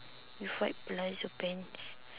with white palazzo pants